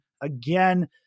again